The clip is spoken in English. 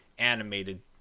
animated